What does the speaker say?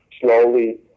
slowly